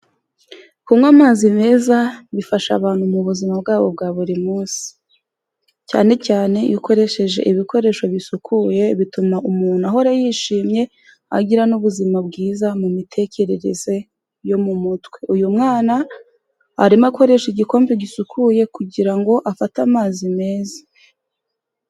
Kunywa amazi meza bifasha abantu mu buzima bwabo bwa buri munsi, cyane cyane iyo ukoresheje ibikoresho bisukuye bituma umuntu ahora yishimye agira n'ubuzima bwiza mu mitekerereze yo mu mutwe, uyu mwana arimo akoresha igikombe gisukuye kugira ngo afate amazi meza.